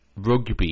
rugby